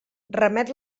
remet